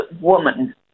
woman